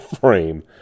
frame